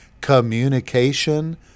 communication